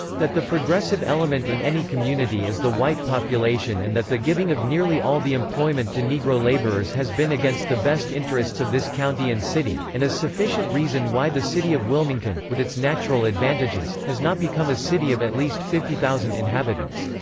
that the progressive element in any community is the white population and that the giving of nearly all the employment to negro laborers has been against the best interests of this county and city, and is sufficient reason why the city of wilmington, with its natural advantages, has not become a city of at least fifty thousand inhabitants.